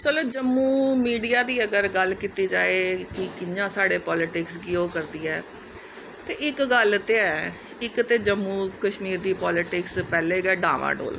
Jammu media दी अगर गल्ल कित्ती जाए कि कियां साढ़े पोलिटिक्स गी ओह् करदी ऐ ते इक गल्ल ते ऐ इक ते जम्मू कश्मीर दी पोलिटिक्स पैह्ले गै डामा डोल ऐ